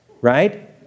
right